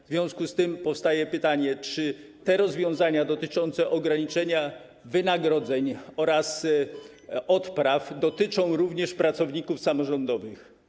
W związku z tym powstaje pytanie, czy te rozwiązania dotyczące ograniczenia wynagrodzeń oraz odpraw dotyczą również pracowników samorządowych.